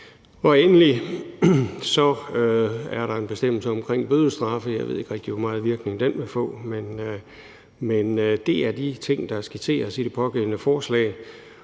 Endelig er der en bestemmelse om bødestraffe, og jeg ved ikke rigtig, hvor stor virkning den vil få. Det er de ting, der skitseres i det pågældende lovforslag.